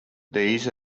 these